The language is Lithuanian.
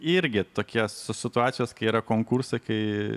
irgi tokie situacijos kai yra konkursai kai